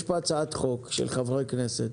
יש פה הצעת חוק של חברי כנסת,